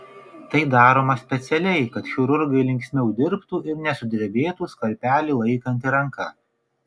tai daroma specialiai kad chirurgai linksmiau dirbtų ir nesudrebėtų skalpelį laikanti ranka